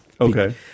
Okay